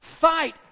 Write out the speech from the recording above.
Fight